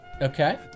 Okay